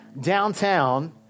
downtown